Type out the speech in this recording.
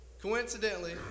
Coincidentally